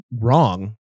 wrong